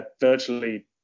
virtually